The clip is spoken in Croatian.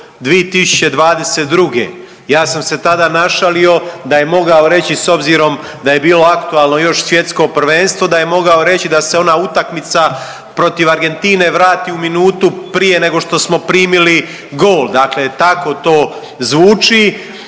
ja sam se tada našalio da je mogao reći s obzirom da je bilo aktualno još svjetsko prvenstveno da je mogao reći da se ona utakmica protiv Argentine vrati u minutu prije nego što smo primili gol, dakle to tako to zvuči.